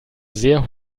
sehr